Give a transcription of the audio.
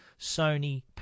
Sony